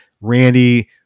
Randy –